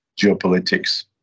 geopolitics